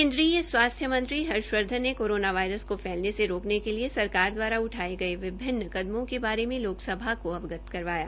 केन्द्रीय स्वास्थ्य मंत्री हर्षवर्धन ने कोरोना वायरस को फैलने से रोकने के लिए सरकार दवारा उठाये गये विभिन्न कदमों के बारे में लोकसभा को अवगत करवाया